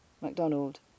MacDonald